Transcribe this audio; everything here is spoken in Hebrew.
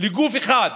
לגוף אחד